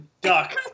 duck